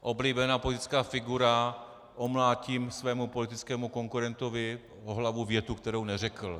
Oblíbená politická figura omlátím svému politickému konkurentovi o hlavu větu, kterou neřekl.